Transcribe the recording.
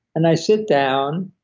and i sit down,